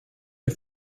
dir